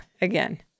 Again